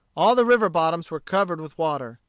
all the river-bottoms were covered with water.